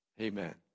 Amen